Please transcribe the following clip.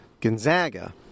Gonzaga